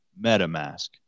MetaMask